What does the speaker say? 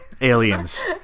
aliens